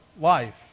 life